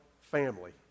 family